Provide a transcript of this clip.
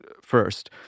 first